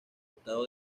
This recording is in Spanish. estado